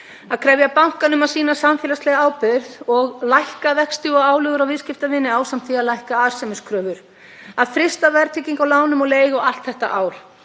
Að krefja bankana um að sýna samfélagslega ábyrgð og lækka vexti og álögur á viðskiptavini ásamt því að lækka arðsemiskröfur. Að frysta verðtryggingu á lánum og leigu allt þetta ár.